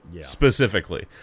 specifically